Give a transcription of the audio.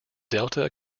delta